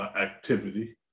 activity